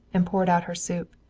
and poured out her soup.